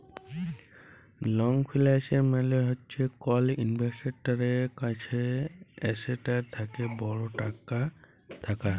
long ফিল্যাল্স মালে হছে কল ইল্ভেস্টারের কাছে এসেটটার থ্যাকে বড় টাকা থ্যাকা